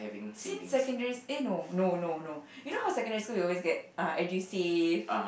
since secondary eh no no no no you know how secondary school you always get uh Edusave